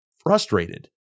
frustrated